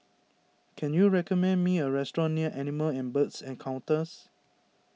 can you recommend me a restaurant near Animal and Birds Encounters